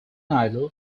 idol